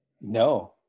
No